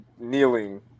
kneeling